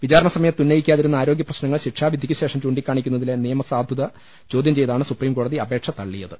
വിചാരണസമയത്ത് ഉന്ന യിക്കാ തിരുന്ന ആരോഗ്യ പ്രപശ് ന ങ്ങൾ ശിക്ഷാവിധിയ്ക്കുശേഷം ചൂണ്ടിക്കാണിക്കുന്നതിലെ നിയമസാ ധുത ചോദ്യം ചെയ്താണ് സുപ്രീംകോടതി അപേക്ഷ തള്ളി യത്